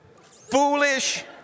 foolish